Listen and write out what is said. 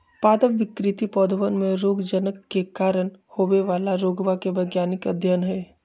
पादप विकृति पौधवन में रोगजनक के कारण होवे वाला रोगवा के वैज्ञानिक अध्ययन हई